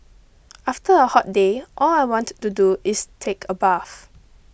after a hot day all I want to do is take a bath